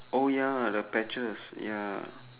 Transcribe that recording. oh ya the patches ya